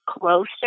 closer